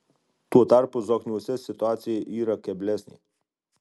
tuo tarpu zokniuose situacija yra keblesnė